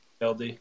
LD